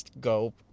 go